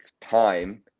time